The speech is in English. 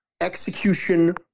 execution